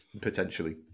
potentially